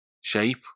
shape